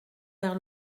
vers